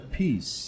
peace